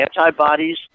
antibodies